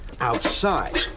outside